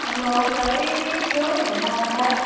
लौका चाहिँ थियो हिजो मोमो खायो